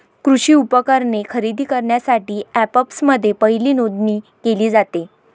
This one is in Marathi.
कृषी उपकरणे खरेदी करण्यासाठी अँपप्समध्ये पहिली नोंदणी केली जाते